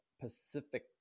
Pacific